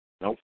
Nope